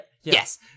yes